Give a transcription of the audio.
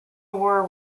were